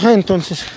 entonces